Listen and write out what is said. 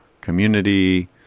community